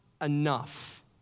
enough